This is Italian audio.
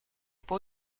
può